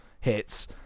hits